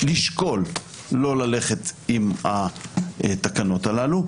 לשקול לא ללכת עם התקנות הללו.